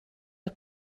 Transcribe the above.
are